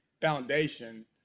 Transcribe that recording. foundation